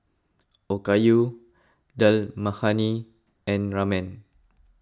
Okayu Dal Makhani and Ramen